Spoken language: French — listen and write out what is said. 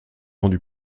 rendue